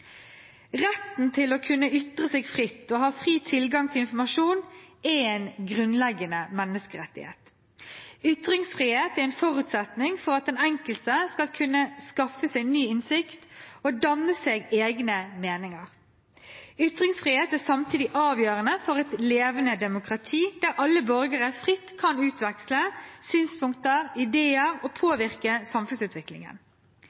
Retten til å kunne ytre seg fritt og ha fri tilgang til informasjon er en grunnleggende menneskerettighet. Ytringsfrihet er en forutsetning for at den enkelte skal kunne skaffe seg ny innsikt og danne seg egne meninger. Ytringsfrihet er samtidig avgjørende for et levende demokrati der alle borgere fritt kan utveksle synspunkter og ideer og